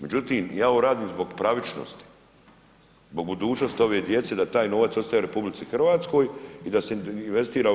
Međutim, ja ovo radim zbog pravičnosti, zbog budućnosti ove djece da taj novac ostaje RH i da se investira u RH.